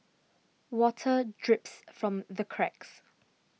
water drips from the cracks